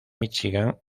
michigan